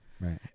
right